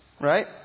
right